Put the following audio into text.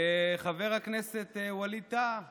חבר הכנסת ווליד טאהא